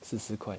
四十块